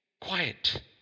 Quiet